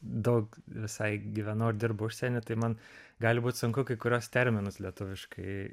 daug visai gyvenau ir dirbu užsieny tai man gali būt sunku kai kuriuos terminus lietuviškai